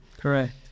Correct